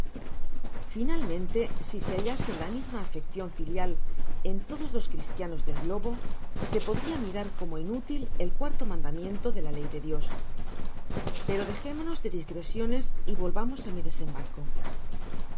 finahaente si se hallase ta misma áfécéiou filial en todos los cristiano del globo se podria mirarcbmo inútil el cuarto mandamiento de la ley dié íos ptíro dejémonos de digresiones y volvamos á mi desembarcos